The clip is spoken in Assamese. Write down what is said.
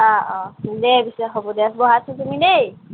অ অ দে পিছে হ'ব দে দেই